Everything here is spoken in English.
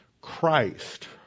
Christ